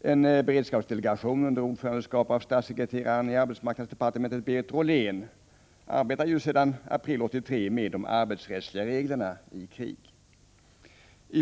En beredskapsdelegation under ordförandeskap av statssekreteraren i arbetsmarknadsdepartementet, Berit Rollén, arbetar sedan april 1983 med de arbetsrättsliga reglerna i krig.